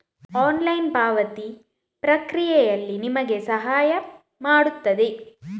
online ಪಾವತಿ ಪ್ರಕ್ರಿಯೆಯಲ್ಲಿ ನಿಮಗೆ ಸಹಾಯ ಮಾಡುತ್ತದೆ